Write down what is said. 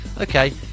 Okay